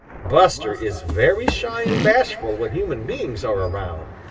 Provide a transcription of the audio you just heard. buster is very shy and bashful when human beings are around.